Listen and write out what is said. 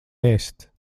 ēst